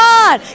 God